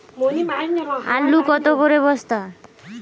আলু কত করে বস্তা?